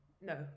No